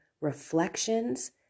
reflections